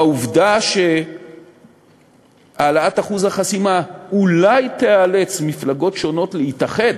בעובדה שהעלאת אחוז החסימה אולי תאלץ מפלגות שונות להתאחד,